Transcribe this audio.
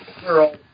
girl